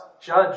Judge